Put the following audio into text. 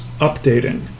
updating